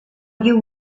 you